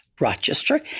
Rochester